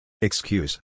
Excuse